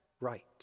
right